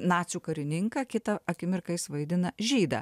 nacių karininką kitą akimirką jis vaidina žydą